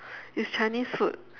it's chinese food